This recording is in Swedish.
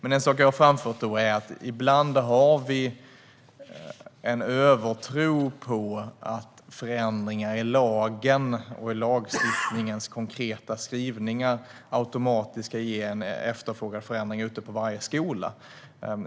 En sak som jag har framfört är att vi ibland har en övertro på att förändringar i lagen och i lagstiftningens konkreta skrivningar automatiskt ska ge en efterfrågad förändring ute på varje skola.